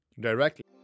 directly